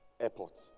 airport